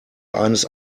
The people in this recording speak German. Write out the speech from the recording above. eines